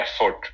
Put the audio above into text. effort